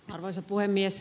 arvoisa puhemies